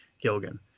Gilgan